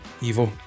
Evil